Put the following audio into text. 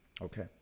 Okay